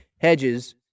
Hedges